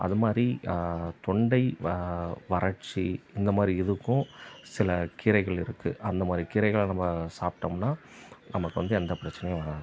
அதுமாதிரி தொண்டை வ வறட்சி இந்தமாதிரி இதுக்கும் சில கீரைகள் இருக்குது அந்தமாதிரி கீரைகளை நம்ம சாப்பிட்டோம்னா நமக்கு வந்து எந்த பிரச்சினையும் வராது